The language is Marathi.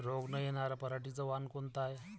रोग न येनार पराटीचं वान कोनतं हाये?